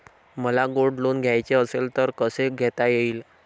मला gold loan घ्यायचे असेल तर कसे घेता येईल?